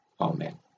Amen